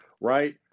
right